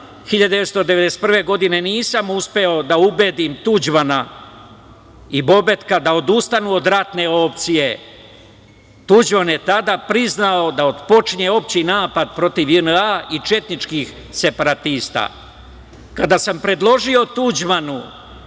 1991. godine nisam uspeo da ubedim Tuđmana i Bobetka da odustanu od ratne opcije. Tuđman je tada priznao da otpočinje opšti napad protiv JNA i četničkih separatista. Kada sam predložio Tuđmanu